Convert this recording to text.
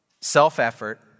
Self-effort